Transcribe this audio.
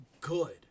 good